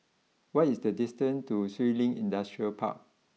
what is the distance to Shun Li Industrial Park